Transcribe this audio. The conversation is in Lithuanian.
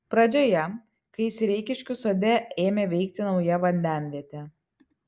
pradžioje kai sereikiškių sode ėmė veikti nauja vandenvietė